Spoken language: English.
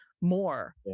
more